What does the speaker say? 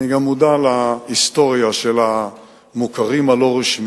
אני גם מודע להיסטוריה של המוכרים הלא-רשמיים.